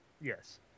Yes